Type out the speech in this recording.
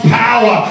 power